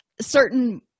certain